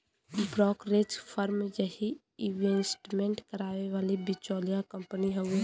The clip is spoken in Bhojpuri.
ब्रोकरेज फर्म यही इंवेस्टमेंट कराए वाली बिचौलिया कंपनी हउवे